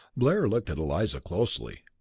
blair looked at eliza closely.